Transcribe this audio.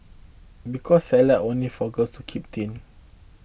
because Salad only for girls to keep thin